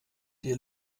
dir